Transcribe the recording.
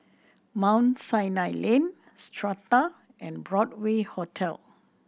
Mount Sinai Lane Strata and Broadway Hotel